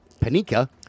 Panika